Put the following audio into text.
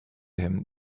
him